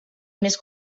més